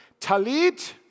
Talit